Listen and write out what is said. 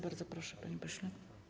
Bardzo proszę, panie pośle.